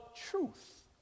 truth